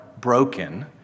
broken